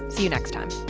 see you next time